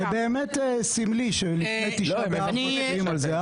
זה באמת סמלי שלפני תשעה באב מצביעים על זה,